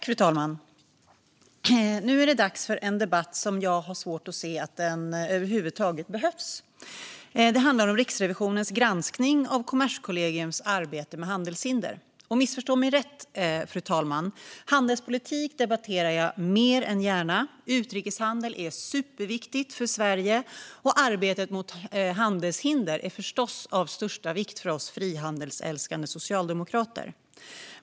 Fru talman! Nu är det dags för en debatt som jag har svårt att se att den över huvud taget behövs. Det handlar om Riksrevisionens granskning av Kommerskollegiums arbete mot handelshinder. Missförstå mig rätt, fru talman: handelspolitik debatterar jag mer än gärna. Utrikeshandel är superviktigt för Sverige, och arbetet mot handelshinder är förstås av största vikt för oss frihandelsälskande socialdemokrater.